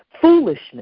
foolishness